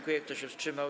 Kto się wstrzymał?